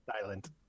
Silent